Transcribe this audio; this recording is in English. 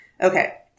Okay